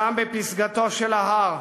שם, בפסגתו של ההר,